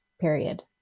period